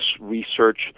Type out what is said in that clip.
research